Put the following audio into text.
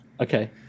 Okay